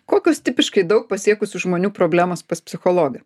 kokios tipiškai daug pasiekusių žmonių problemos pas psichologą